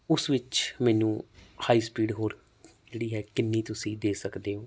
ਉਸ ਵਿੱਚ ਮੈਨੂੰ ਹਾਈ ਸਪੀਡ ਹੋਰ ਜਿਹੜੀ ਹੈ ਕਿੰਨੀ ਤੁਸੀਂ ਦੇ ਸਕਦੇ ਹੋ